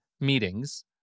meetings